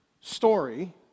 story